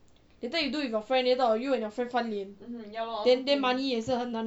later you do with your friend later you or your friend 翻脸 then after that money 也是很难